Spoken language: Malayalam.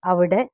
അവിടെ